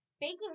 baking